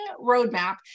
roadmap